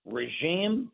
regime